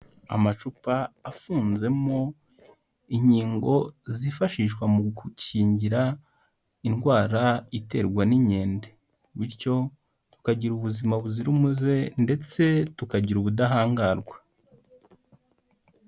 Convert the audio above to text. Amacupa afunzemo inkingo zifashishwa mu gukingira indwara iterwa n'inkende, bityo tukagira ubuzima buzira umuze ndetse tukagira ubudahangarwa.